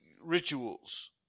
rituals